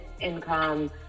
income